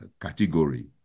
category